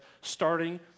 starting